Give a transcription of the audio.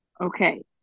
Okay